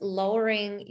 lowering